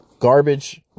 Garbage